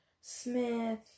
smith